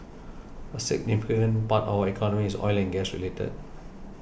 a significant part of our economy is oil and gas related